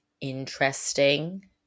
interesting